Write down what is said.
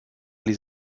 les